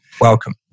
Welcome